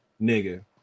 Nigga